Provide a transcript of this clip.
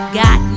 got